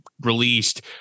released